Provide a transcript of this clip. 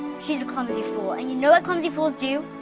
she's a clumsy fool and you know what clumsy fools do?